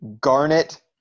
Garnet